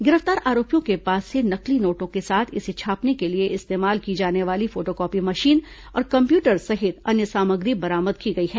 गिरफ्तार आरोपियों के पास से नकली नोटों के साथ इसे छापने के लिए इस्तेमाल की जाने वाली फोटोकॉपी मशीन और कम्प्यूटर सहित अन्य सामग्री बरामद की गई है